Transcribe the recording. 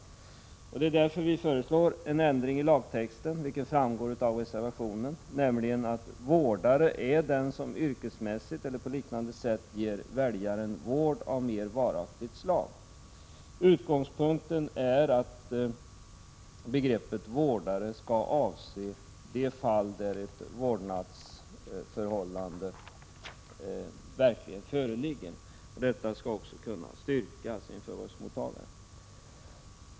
Som framgår av reservation 2 föreslår vi mot denna bakgrund en ändring av lagtexten, nämligen: ”Vårdare är den som yrkesmässigt eller på ett därmed likartat sätt ger väljaren vård av mer varaktigt slag.” Utgångspunkten är att begreppet vårdare skall avse de fall där ett vårdnadsförhållande verkligen föreligger. Detta skall också kunna styrkas inför röstmottagaren.